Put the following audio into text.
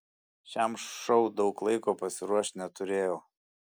šiam šou daug laiko pasiruošti neturėjau